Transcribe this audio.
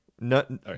No